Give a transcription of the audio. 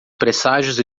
presságios